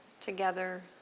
together